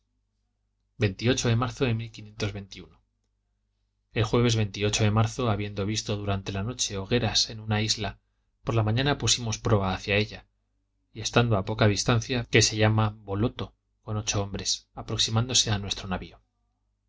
de marzo de el jueves veintiocho de marzo habiendo visto durante la noche hogueras en una isla por la mañana pusimos proa hacia ella y estando a poca distancia vimos una barquita que se llama olotoy con ocho hombres aproximándose a nuestro navio